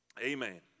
Amen